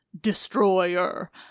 destroyer